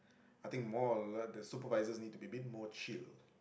I think more or like the supervisors need to be a bit more chill